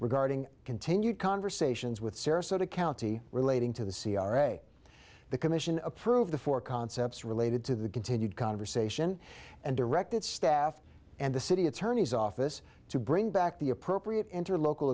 regarding continued conversations with sarasota county relating to the c r a the commission approved the four concepts related to the continued conversation and directed staff and the city attorney's office to bring back the appropriate enter local